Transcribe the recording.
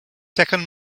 second